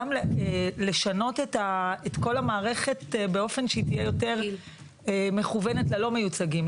גם לשנות את כל המערכת באופן שהיא תהיה יותר מכוונת ללא מיוצגים,